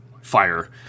fire